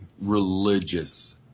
religious